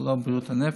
לא בריאות הנפש,